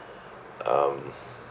um